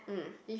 mm